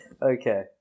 okay